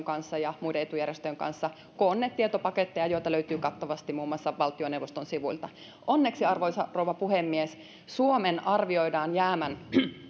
kanssa ja muiden etujärjestöjen kanssa koonneet tietopaketteja joita löytyy kattavasti muun muassa valtioneuvoston sivuilta onneksi arvoisa rouva puhemies suomen arvioidaan jäävän